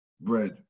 bread